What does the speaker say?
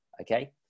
okay